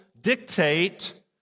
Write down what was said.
dictate